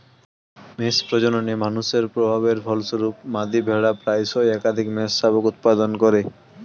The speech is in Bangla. মেষ প্রজননে মানুষের প্রভাবের ফলস্বরূপ, মাদী ভেড়া প্রায়শই একাধিক মেষশাবক উৎপাদন করে